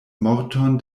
morton